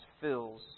fills